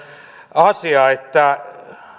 asia että